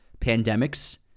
pandemics